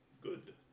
good